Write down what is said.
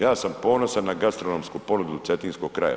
Ja sam ponosan na gastronomsku ponudu Cetinskog kraja.